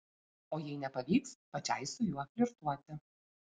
o jei nepavyks pačiai su juo flirtuoti